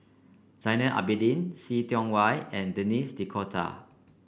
Zainal Abidin See Tiong Wah and Denis D'Cotta